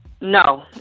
No